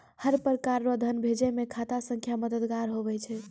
हर प्रकार रो धन भेजै मे खाता संख्या मददगार हुवै छै